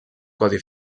codi